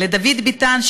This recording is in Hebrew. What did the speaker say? לדוד ביטן,